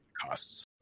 costs